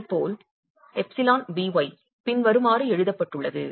இதேபோல் εby பின்வருமாறு எழுதப்பட்டுள்ளது